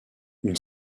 une